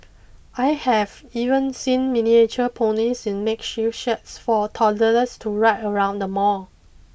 I have even seen miniature ponies in makeshift sheds for toddlers to ride around the mall